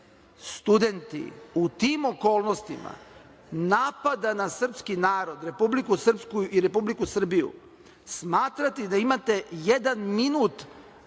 haos. Studenti, u tim okolnostima napada na srpski narod, Republiku Srpsku i Republiku Srbiju smatrati da imati jedan minut